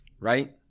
right